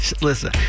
listen